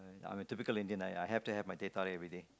I'm a typical Indian I have to have my teh-tarik everyday